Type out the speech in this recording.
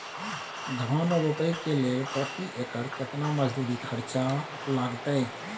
धान रोपय के लेल प्रति एकर केतना मजदूरी खर्चा लागतेय?